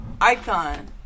Icon